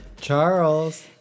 Charles